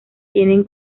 tienen